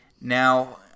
Now